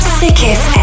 sickest